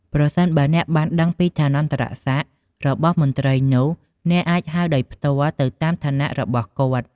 ប្រសិនបើអ្នកបានដឹងពីឋានន្តរសក្ដិរបស់មន្ត្រីនោះ អ្នកអាចហៅដោយផ្ទាល់ទៅតាមឋានៈរបស់គាត់។